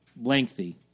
lengthy